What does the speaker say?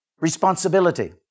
responsibility